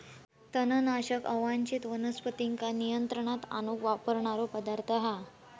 तणनाशक अवांच्छित वनस्पतींका नियंत्रणात आणूक वापरणारो पदार्थ हा